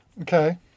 Okay